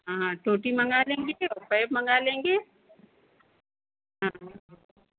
हाँ टोंटी मँगा लेंगे पैप मँगा लेंगे